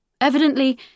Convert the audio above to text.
Evidently